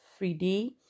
3D